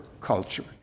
culture